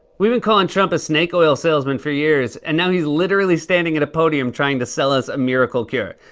we've been calling trump a snake-oil salesman for years, and now he's literally standing at a podium trying to sell us a miracle cure.